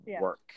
work